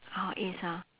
oh east ah